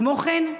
כמו כן,